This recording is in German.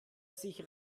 sich